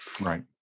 right